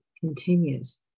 continues